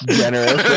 generous